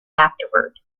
afterward